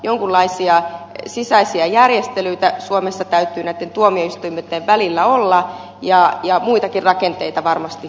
jonkunlaisia sisäisiä järjestelyitä suomessa täytyy näitten tuomioistuinten välillä olla ja muitakin rakenteita varmasti uudistaa